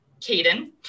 Caden